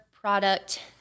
product